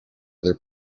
other